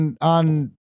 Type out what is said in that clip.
on